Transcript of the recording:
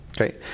Okay